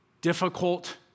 difficult